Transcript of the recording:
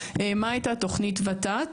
הייתה תוכנית ות"ת.